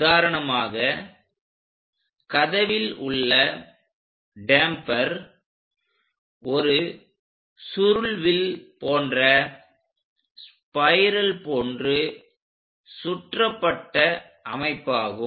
உதாரணமாக கதவில் உள்ள டேம்பர் ஒரு சுருள்வில் போன்ற ஸ்பைரல் போன்று சுற்றப்பட்ட அமைப்பாகும்